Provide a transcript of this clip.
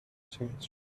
changed